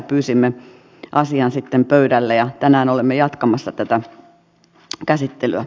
pyysimme asian sitten pöydälle ja tänään olemme jatkamassa tätä käsittelyä